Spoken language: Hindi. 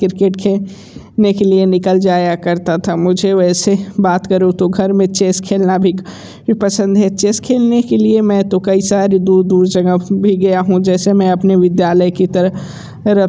क्रिकेट खेल ने के लिए निकल जाया करता था मुझे वैसे बात करूँ तो घर में चेस खेलना भी पसंद है चेस खेलने के लिए मैं तो कई सारी दूर दूर जगहों पर भी गया हूँ जैसे मैं अपने विद्यालय की त रफ़